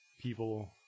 people